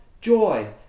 joy